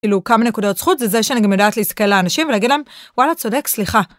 כאילו כמה נקודות זכות זה שאני גם יודעת להסתכל על האנשים ולהגיד להם וואלה, צודק, סליחה.